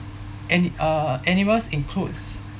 and uh animals includes